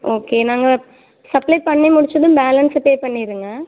okay நாங்கள் supply பண்ணி முடிச்சதும் பேலன்ஸை பே பண்ணிவிடுங்க